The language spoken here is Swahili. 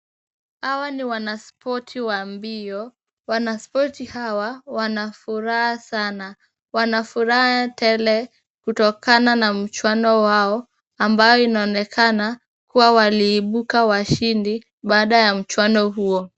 Hawa ni wanaspoti wa mbio. Wanaspoti hawa wana furaha sana, wana furaha tele kutokana na mchuano wao ambayo inaonekana kuwa waliibuka washindi baada ya mchuano huo.